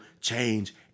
change